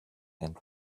and